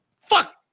fuck